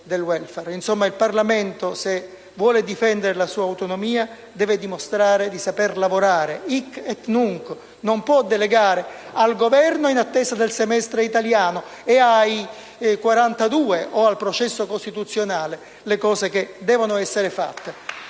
il Parlamento, se vuole difendere la sua autonomia, deve dimostrare di saper lavorare *hic et nunc*; non può delegare al Governo, in attesa del semestre italiano, e ai quarantadue, o al processo costituzionale, le cose che devono essere fatte.